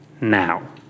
now